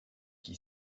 qui